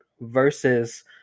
versus